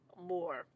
more